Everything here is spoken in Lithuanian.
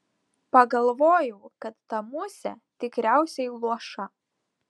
pagalvojau kad ta musė tikriausiai luoša